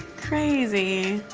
crazy.